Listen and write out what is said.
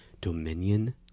dominion